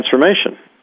transformation